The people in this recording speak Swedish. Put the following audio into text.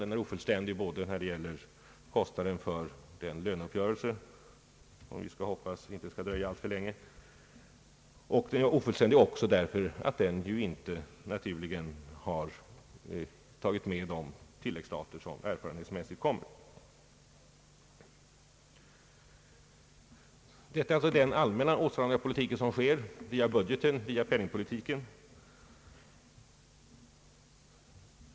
Den är ofullständig när det gäller kostnaden för den löneuppgörelse, som vi hoppas inte skall dröja alltför länge, och därför att man av naturliga skäl i beräkningen inte har tagit med de tilläggsstater som erfarenhetsmässigt kommer. Det sker således en allmän åtstramning via budgeten och penningpolitiken.